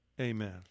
Amen